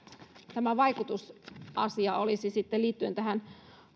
tämä vaikutusasia olisi liittyen tähän